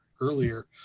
earlier